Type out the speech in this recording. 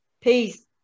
Peace